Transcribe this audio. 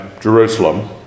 Jerusalem